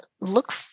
look